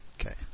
Okay